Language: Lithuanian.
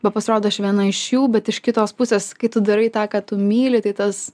bet pasirodo aš viena iš jų bet iš kitos pusės kai tu darai tą ką tu myli tai tas